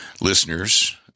listeners